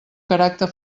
caràcter